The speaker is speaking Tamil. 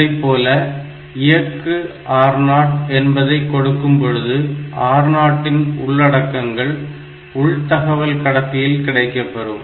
இதைப்போல இயக்கு R0 என்பதை கொடுக்கும் பொழுது R0 இன் உள்ளடக்கங்கள் உள்தகவல் கடத்தியில் கிடைக்கப்பெறும்